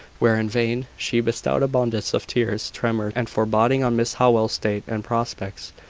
were in vain. she bestowed abundance of tears, tremors, and foreboding on mrs howell's state and prospects,